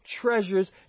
treasures